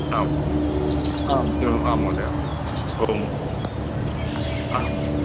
आम् आम् आं महोदय आम् आम्